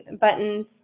buttons